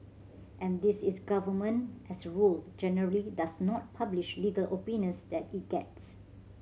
and this is government as a rule generally does not publish legal opinions that it gets